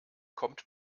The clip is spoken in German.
kommt